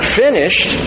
finished